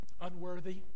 unworthy